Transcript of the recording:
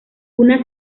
una